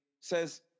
says